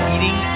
Eating